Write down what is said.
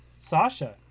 Sasha